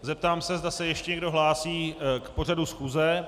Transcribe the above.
Zeptám se, zda se ještě někdo hlásí k pořadu schůze.